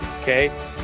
okay